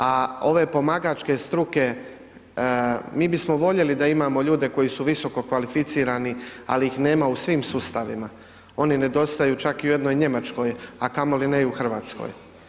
A ove pomagačke struke mi bismo voljeli da imamo ljude koji su visokokvalificirani ali ih nema u svim sustavima, oni nedostaju čak i u jednoj Njemačkoj, a kamoli ne i u Hrvatskoj.